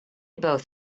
both